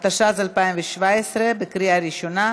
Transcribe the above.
התשע"ז 2017, התקבלה בקריאה שנייה